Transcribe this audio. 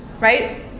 right